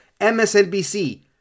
MSNBC